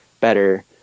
better